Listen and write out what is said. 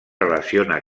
relaciona